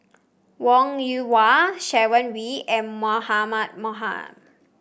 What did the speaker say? Wong Yoon Wah Sharon Wee and Mahmud Ahmad